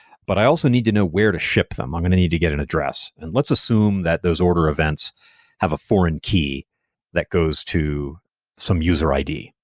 but i also need to know where to ship them. i'm going to need to get an address. and let's assume that those order events have a foreign key that goes to some user id.